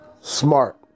Smart